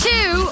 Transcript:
Two